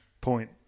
point